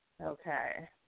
okay